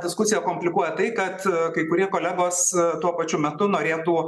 diskusiją komplikuoja tai kad kai kurie kolegos tuo pačiu metu norėtų